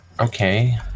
Okay